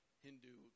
Hindu